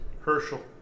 Herschel